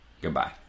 Goodbye